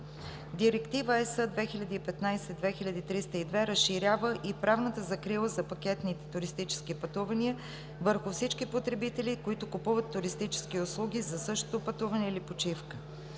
Директива (ЕС) 2015/2302 разширява и правната закрила за пакетните туристически пътувания върху всички потребители, които купуват туристически услуги за същото пътуване или почивка.